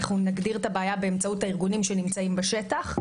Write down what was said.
נגדיר את הבעיה באמצעות הארגונים שנמצאים בשטח.